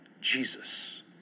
Jesus